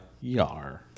Yar